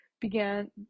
began